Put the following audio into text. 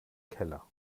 keller